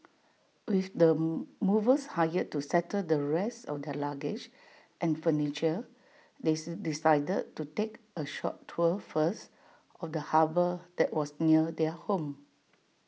with the movers hired to settle the rest of their luggage and furniture they decided to take A short tour first of the harbour that was near their home